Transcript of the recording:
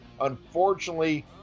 Unfortunately